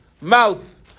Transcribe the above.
mouth